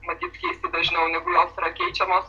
matyt keisti dažniau negu jos yra keičiamos